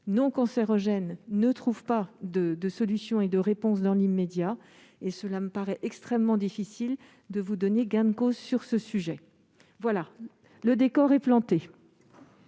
non cancérogène ne trouvent pas de solution et de réponse dans l'immédiat. Il me paraît donc extrêmement difficile de vous donner gain de cause sur ce sujet. Voilà ! Le décor est planté